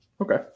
Okay